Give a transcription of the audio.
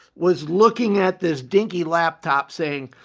was looking at this dinky laptop saying,